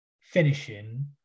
finishing